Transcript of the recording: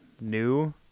new